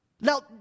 Now